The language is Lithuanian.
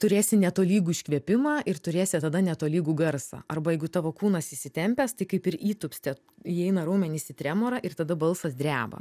turėsi ne tolygų iškvėpimą ir turėsi tada netolygų garsą arba jeigu tavo kūnas įsitempęs tai kaip ir įtupste įeina raumenys į tremorą ir tada balsas dreba